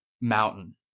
mountain